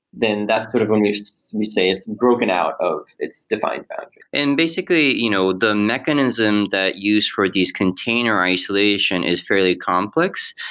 then that sort of um when we say it's broken out of its define value. and basically, you know the mechanism that use for these container isolation is fairly complex.